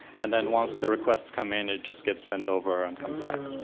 and then once the requests come in, it just gets sent over and comes back.